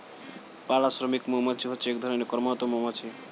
পাড়া শ্রমিক মৌমাছি হচ্ছে এক ধরণের কর্মরত মৌমাছি